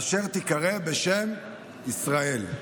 אשר תיקרא בשם ישראל".